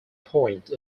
point